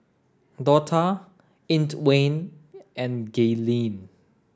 Dortha Antwain and Gaylene